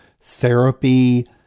therapy